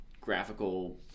graphical